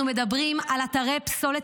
-- של ממשלות